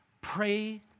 Pray